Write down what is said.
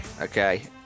Okay